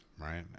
right